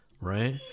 right